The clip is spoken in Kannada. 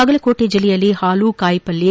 ಬಾಗಲಕೋಟೆ ಜಿಲ್ಲೆಯಲ್ಲಿ ಹಾಲು ಕಾಯಿಪಲ್ಯ